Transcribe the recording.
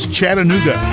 Chattanooga